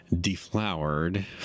deflowered